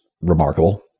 remarkable